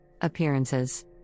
Appearances